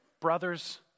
brothers